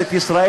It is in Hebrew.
משפט אחרון,